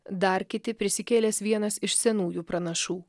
dar kiti prisikėlęs vienas iš senųjų pranašų